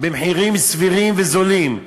במחירים סבירים וזולים.